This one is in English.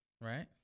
right